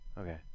Okay